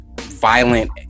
violent